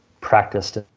practiced